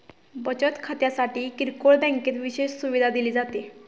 बचत खात्यासाठी किरकोळ बँकेत विशेष सुविधा दिली जाते